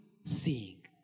seeing